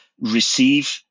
receive